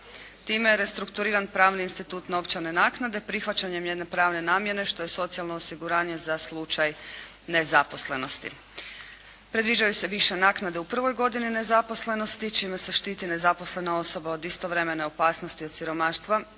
Time je restrukturiran pravni institut novčane naknade prihvaćanjem jedne pravne namjene što je socijalno osiguranje za slučaj nezaposlenosti. Predviđaju se više naknade u prvoj godini nezaposlenosti čime se štiti nezaposlena osoba od istovremene opasnosti od siromaštva